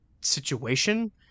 situation